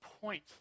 point